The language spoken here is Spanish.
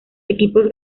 equipos